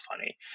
funny